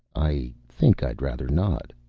i think i'd rather not.